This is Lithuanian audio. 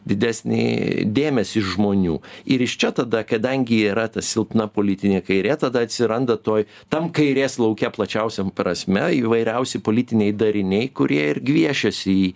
didesnį dėmesį žmonių ir iš čia tada kadangi yra ta silpna politinė kairė tada atsiranda toj tam kairės lauke plačiausia prasme įvairiausi politiniai dariniai kurie ir gviešiasi